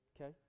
Okay